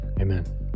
Amen